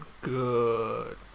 good